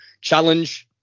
challenge